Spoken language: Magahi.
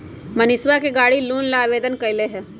मनीषवा ने गाड़ी लोन ला आवेदन कई लय है